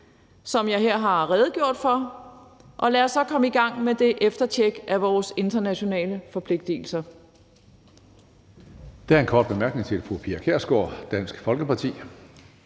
som jeg her har redegjort for – og lad os så komme i gang med det eftertjek af vores internationale forpligtelser.